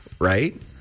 right